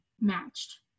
matched